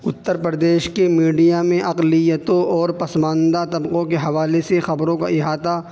اتر پردیش کی میڈیا میں اقلیتوں اور پسماندہ طبقوں کے حوالے سے خبروں کا احاطہ